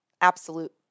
absolute